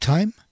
Time